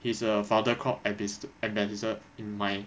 he is a father called ambass~ ambassador in my